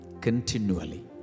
continually